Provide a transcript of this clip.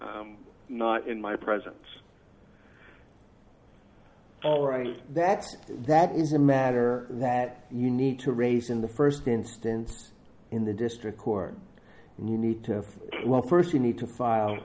opened in my presence all right that that is a matter that you need to raise in the first instance in the district court you need to have well first you need to file